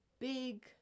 big